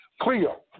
Cleo